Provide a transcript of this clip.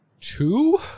two